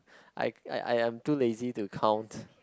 I I'm too lazy to count